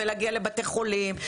להגיע לבתי חולים,